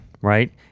right